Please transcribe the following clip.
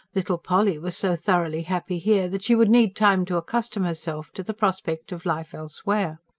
little polly was so thoroughly happy here that she would need time to accustom herself to the prospect of life elsewhere.